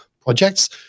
projects